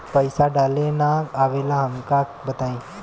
पईसा डाले ना आवेला हमका बताई?